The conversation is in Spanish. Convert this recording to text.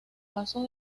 pasos